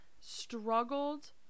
struggled